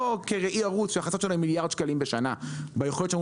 כראי ערוץ שההכנסות שלו מיליארד שקלים בשנה ביכולת שלנו